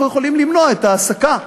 אנחנו יכולים למנוע את ההעסקה,